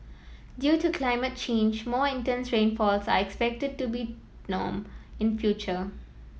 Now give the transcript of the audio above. due to climate change more intense rainfalls are expected to be norm in future